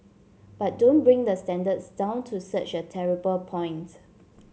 but don't bring the standards down to such a terrible point